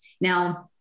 now